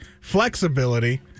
flexibility